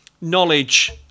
knowledge